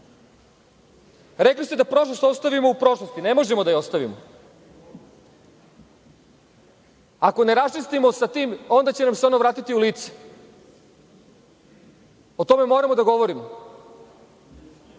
ste da prošlost ostavimo u prošlosti. Ne možemo da je ostavimo. Ako ne raščistimo sa tim onda će nam se ono vratiti u lice. O tome moramo da govorimo. Danas